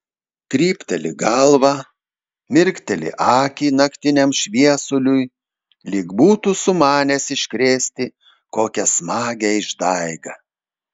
krypteli galvą mirkteli akį naktiniam šviesuliui lyg būtų sumanęs iškrėsti kokią smagią išdaigą